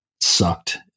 sucked